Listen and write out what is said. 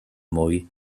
mwy